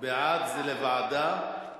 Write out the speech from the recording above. בעד, זה לוועדה.